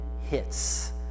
hits